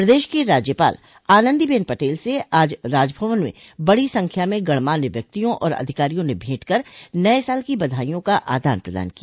प्रदेश की राज्यपाल आनन्दीबेन पटेल से आज राजभवन में बड़ी संख्या में गणमान्य व्यक्तियों और अधिकारियों ने भेंट कर नये साल की बधाईयों का आदान प्रदान किया